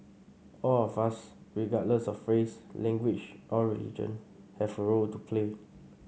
all of us regardless of race language or religion have a role to play